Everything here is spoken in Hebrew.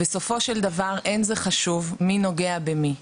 "בסופו של דבר, אין זה חשוב מי נוגע במי.